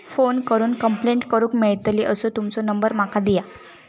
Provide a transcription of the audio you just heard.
Phone करून complaint करूक मेलतली असो तुमचो नंबर माका दिया?